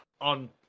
on